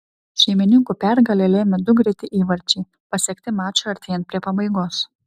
šeimininkų pergalę lėmė du greiti įvarčiai pasiekti mačui artėjant prie pabaigos